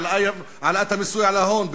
העלאת המיסוי על ההון,